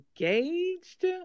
engaged